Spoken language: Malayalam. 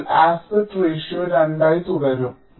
അതിനാൽ ആസ്പെക്ട് റെഷിയോ 2 ആയി തുടരും